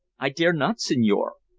i dare not, signore.